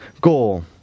goal